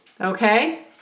Okay